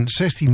16